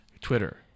Twitter